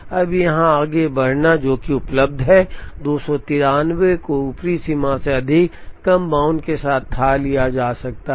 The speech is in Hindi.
अब यहां आगे बढ़ना जो कि उपलब्ध है 293 को ऊपरी सीमा से अधिक कम बाउंड के साथ थाह लिया जा सकता है